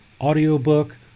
audiobook